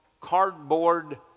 cardboard